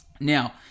Now